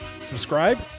Subscribe